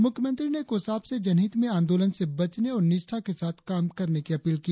मुख्यमंत्री ने कोसाप से जनहित में आंदोलन से बचने और निष्ठा के साथ काम करने की अपील की